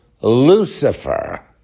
Lucifer